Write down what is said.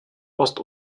ost